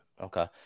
Okay